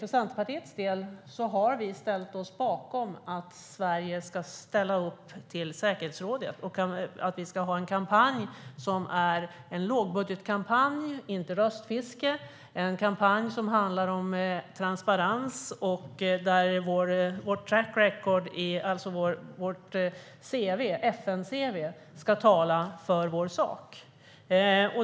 Från Centerpartiets del har vi ställt oss bakom att Sverige ska kandidera till säkerhetsrådet och att vi ska ha en kampanj som är en lågbudgetkampanj - inte röstfiske. Det ska vara en kampanj som handlar om transparens och där vårt track record, alltså vårt FN-cv, ska tala för vår sak.